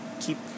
keep